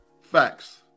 Facts